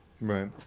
Right